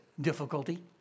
difficulty